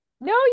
No